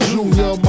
Junior